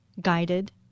guided